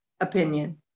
opinion